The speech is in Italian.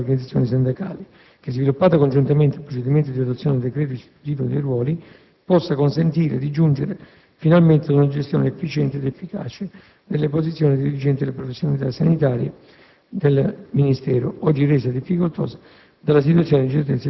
del Consiglio dei ministri (da sottoporre all'esame delle organizzazioni sindacali) che, sviluppato congiuntamente al procedimento di adozione del decreto istitutivo dei ruoli, possa consentire di giungere finalmente ad una gestione efficiente ed efficace delle posizioni dei dirigenti delle professionalità sanitarie